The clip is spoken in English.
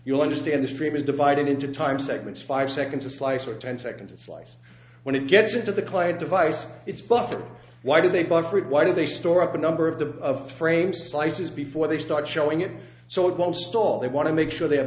you'll understand the stream is divided into time segments five seconds a slice or ten seconds slice when it gets into the client device it's buffer why do they buffer it why do they store up a number of the of frame sizes before they start showing it so it won't stall they want to make sure they have